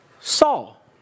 Saul